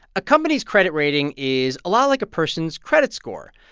a company's credit rating is a lot like a person's credit score.